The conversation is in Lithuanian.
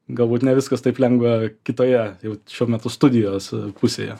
galbūt ne viskas taip lengva kitoje jau šiuo metu studijos pusėje